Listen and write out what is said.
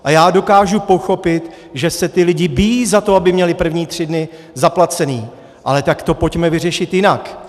A já dokážu pochopit, že se ti lidi bijí za to, aby měli první tři dny zaplacené, ale tak to pojďme vyřešit jinak.